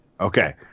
Okay